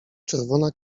czerwona